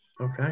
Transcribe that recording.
Okay